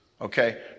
Okay